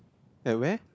at where